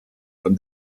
from